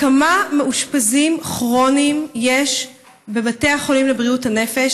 כמה מאושפזים כרוניים יש בבתי החולים לבריאות הנפש?